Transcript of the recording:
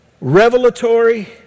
revelatory